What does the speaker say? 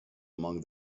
among